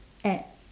act